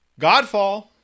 godfall